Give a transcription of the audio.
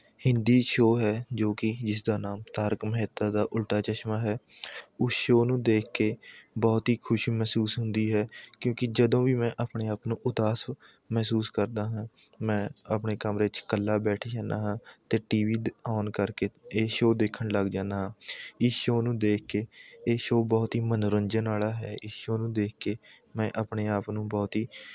Hindi show ਹੈ ਜੋ ਕਿ ਜਿਸਦਾ ਨਾਮ ਤਾਰਕ ਮਹਿਤਾ ਦਾ ਉਲਟਾ ਚਸ਼ਮਾ ਹੈ ਉਸ ਸ਼ੋਅ ਨੂੰ ਦੇਖ ਕੇ ਬਹੁਤ ਹੀ ਖੁਸ਼ੀ ਮਹਿਸੂਸ ਹੁੰਦੀ ਹੈ ਕਿਉਂਕਿ ਜਦੋਂ ਵੀ ਮੈਂ ਆਪਣੇ ਆਪ ਨੂੰ ਉਦਾਸ ਮਹਿਸੂਸ ਕਰਦਾ ਹਾਂ ਮੈਂ ਆਪਣੇ ਕਮਰੇ 'ਚ ਇਕੱਲਾ ਬੈਠ ਜਾਂਦਾ ਹਾਂ ਅਤੇ ਟੀ ਵੀ ਔਨ ਕਰਕੇ ਇਹ ਸ਼ੋਅ ਦੇਖਣ ਲੱਗ ਜਾਂਦਾ ਹਾਂ ਇਸ ਸ਼ੋਅ ਨੂੰ ਦੇਖ ਕੇ ਇਹ ਸ਼ੋਅ ਬਹੁਤ ਹੀ ਮਨੋਰੰਜਨ ਵਾਲਾ ਹੈ ਇਸ ਸ਼ੋਅ ਨੂੰ ਦੇਖ ਕੇ ਮੈਂ ਆਪਣੇ ਆਪ ਨੂੰ ਬਹੁਤ ਹੀ